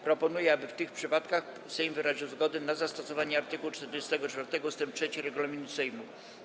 Proponuję, aby w tych przypadkach Sejm wyraził zgodę na zastosowanie art. 44 ust. 3 regulaminu Sejmu.